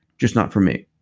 just not for me.